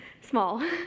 small